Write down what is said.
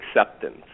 acceptance